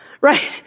right